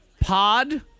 pod